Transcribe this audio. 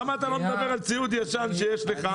למה אתה לא מדבר על ציוד ישן שיש לך?